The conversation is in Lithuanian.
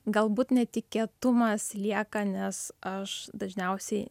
galbūt netikėtumas lieka nes aš dažniausiai